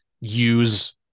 use